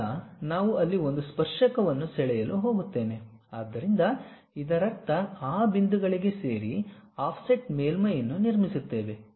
ಈಗ ನಾವು ಅಲ್ಲಿ ಒಂದು ಸ್ಪರ್ಶಕವನ್ನು ಸೆಳೆಯಲು ಹೋಗುತ್ತೇವೆ ಆದ್ದರಿಂದ ಇದರರ್ಥ ಆ ಬಿಂದುಗಳಿಗೆ ಸೇರಿ ಆಫ್ಸೆಟ್ ಮೇಲ್ಮೈಯನ್ನು ನಿರ್ಮಿಸುತ್ತೇವೆ